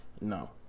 no